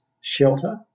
shelter